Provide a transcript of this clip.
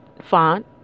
font